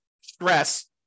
stress